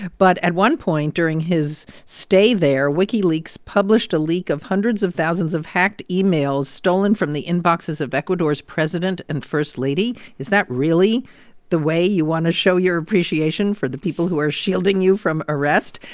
but at one point during his stay there, wikileaks published a leak of hundreds of thousands of hacked emails stolen from the inboxes of ecuador's president and first lady. is that really the way you want to show your appreciation for the people who are shielding you from arrest?